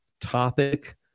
topic